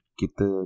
kita